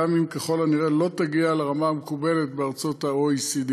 גם אם ככל הנראה לא תגיע לרמה המקובלת בארצות ה-OECD,